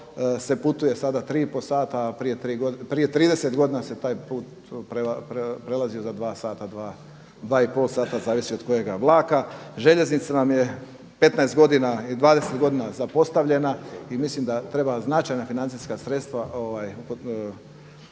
se putuje sada tri i pol sata, a prije trideset godina se taj put prelazio za dva sata, dva i pol sata zavisi od kojega vlaka. Željeznica nam je 15 godina i 20 godina zapostavljena i mislim da treba značajna financijska sredstva